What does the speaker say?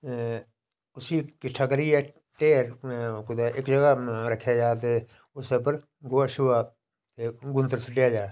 स्हाब अगर बच्चें अस्स डोगरी च समझाचै जे अपनी मातृ भाषा च समझाचै ते बच्चे चंगी चाल्लीं उसी समझी सकदे